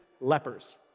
lepers